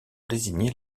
désigner